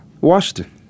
Washington